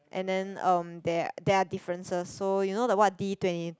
and then um there there are differences so you know the what D twenty